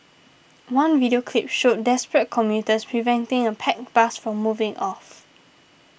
one video clip showed desperate commuters preventing a packed bus from moving off